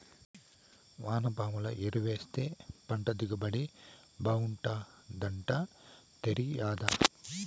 వానపాముల ఎరువేస్తే పంట దిగుబడి బాగుంటాదట తేరాదా